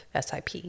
SIP